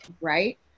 right